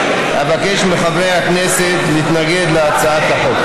אבקש מחברי הכנסת להתנגד להצעת החוק.